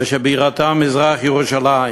שבירתה מזרח-ירושלים.